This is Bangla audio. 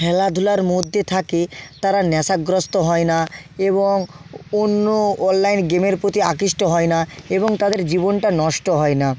খেলাধুলার মধ্যে থাকে তারা নেশাগ্রস্ত হয় না এবং অন্য অনলাইন গেমের প্রতি আকৃষ্ট হয় না এবং তাদের জীবনটা নষ্ট হয় না